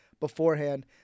Beforehand